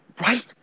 Right